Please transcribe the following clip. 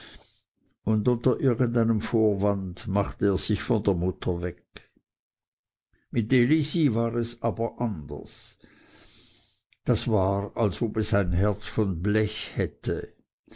und unter irgend einem vorwande machte er sich von der mutter weg mit elisi war es aber anders das war als ob es ein herz von blech hätte